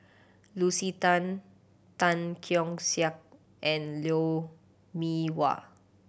Lucy Tan Tan Keong Saik and Lou Mee Wah